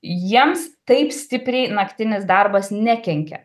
jiems taip stipriai naktinis darbas nekenkia